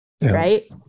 right